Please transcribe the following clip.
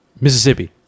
Mississippi